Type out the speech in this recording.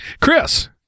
Chris